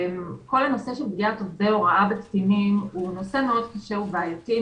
כל הנושא של פגיעת עובדי הוראה בקטינים הוא נושא מאוד קשה ובעייתי,